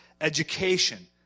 education